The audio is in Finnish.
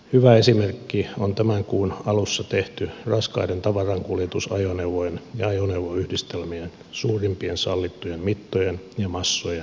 hyvä esimerkki on tämän kuun alussa tehty raskaiden tavarankuljetusajoneuvojen ja ajoneuvoyhdistelmien suurimpien sallittujen mittojen ja massojen nosto